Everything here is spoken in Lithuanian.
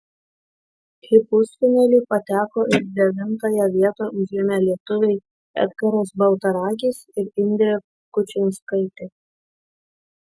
į pusfinalį pateko ir devintąją vietą užėmė lietuviai edgaras baltaragis ir indrė kučinskaitė